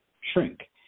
shrink